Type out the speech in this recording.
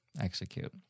execute